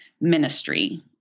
ministry